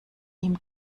ihm